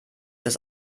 das